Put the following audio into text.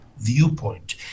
viewpoint